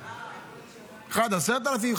10,000,